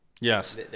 Yes